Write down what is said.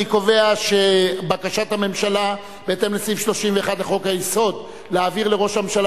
אני קובע שבקשת הממשלה בהתאם לסעיף 31(ב) לחוק-היסוד להעביר לראש הממשלה